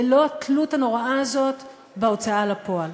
ללא התלות הנוראה הזאת בהוצאה לפועל.